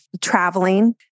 traveling